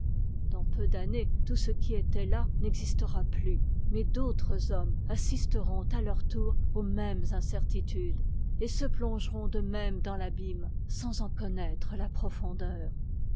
dans peu d'années tout ce qui était là n'existera plus mais d'autres hommes assisteront à leur tour aux mêmes incertitudes et se plongeront de même dans t'abîme sans en connaître la profondeur